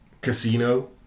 Casino